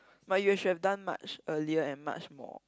but you should have done much earlier and much more